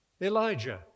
Elijah